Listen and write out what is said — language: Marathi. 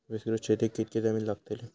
विस्तृत शेतीक कितकी जमीन लागतली?